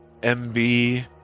MB